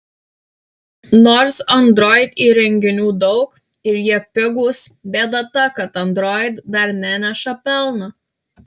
nors android įrenginių daug ir jie pigūs bėda ta kad android dar neneša pelno